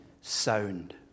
sound